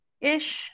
ish